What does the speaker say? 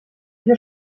vier